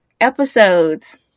episodes